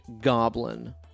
goblin